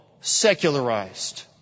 secularized